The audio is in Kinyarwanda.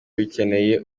bikeneye